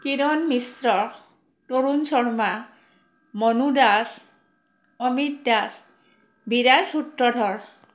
Kiran Mishra Tarun Sharma Manu Das Amit Das Biraj Sutradhar